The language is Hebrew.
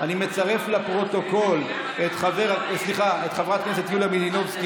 אני מצרף לפרוטוקול את חברת הכנסת יוליה מלינובסקי